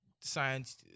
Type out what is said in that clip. science